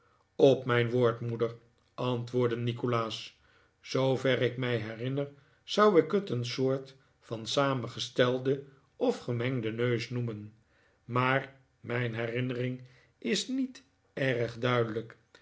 op mijn woord moeder antwoordde nikolaas zoover ik mij herinner zou ik het een soort van samengestelden of gemengden neus noemen maar mijn herinnering is niet erg duidelijk